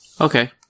Okay